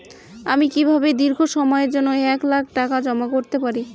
আমি কিভাবে দীর্ঘ সময়ের জন্য এক লাখ টাকা জমা করতে পারি?